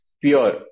pure